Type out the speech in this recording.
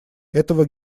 этого